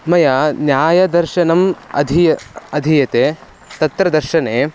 मया न्यायदर्शनम् अधीय अधीयते तत्र दर्शने